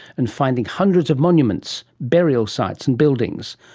and finding hundreds of monuments, burial sites and buildings.